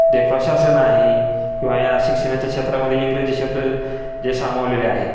जे प्रशासन आहे किंवा या शिक्षणाच्या क्षेत्रामध्ये इंग्रजी शब्द जे सामावलेले आहेत